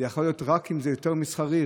יכולים להיות רק אם זה יותר מסחרי.